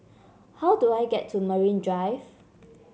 how do I get to Marine Drive